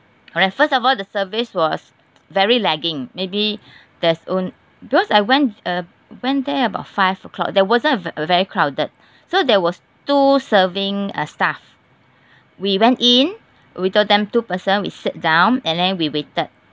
alright first of all the service was very lacking maybe there's on because I went uh went there about five o'clock there wasn't a v~ very crowded so there was two serving uh staff we went in we told them two person we sit down and then we waited